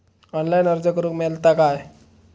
Online अर्ज करूक मेलता काय?